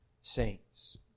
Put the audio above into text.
saints